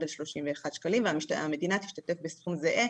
על כ-31 ₪ והמדינה תשתתף בסכום זהה,